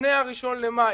לפני הראשון במאי,